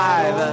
Five